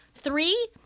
three